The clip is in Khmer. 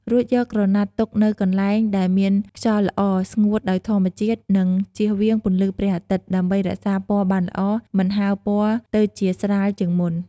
រួចយកក្រណាត់ទុកនៅកន្លែងដែលមានខ្យល់ល្អ ស្ងួតដោយធម្មជាតិ និងជៀសវាងពន្លឺព្រះអាទិត្យ ដើម្បីរក្សាពណ៌បានល្អ មិនហើរពណ៌ទៅជាស្រាលជាងមុន។